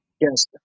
yes